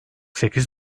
sekiz